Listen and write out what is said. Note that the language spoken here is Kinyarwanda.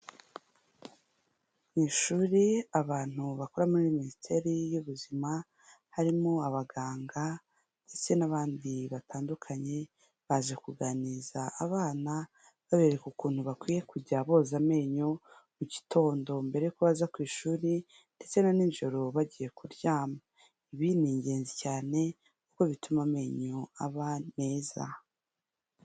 Mu ishuri abantu bakora muri minisiteri y'ubuzima, harimo abaganga ndetse n'abandi batandukanye, baje kuganiriza abana babereka ukuntu bakwiye kujya boza amenyo mu gitondo mbere y'uko baza ku ishuri ndetse na nijoro bagiye kuryama. Ibi ni ingenzi cyane kuko bituma amenyo aba neza.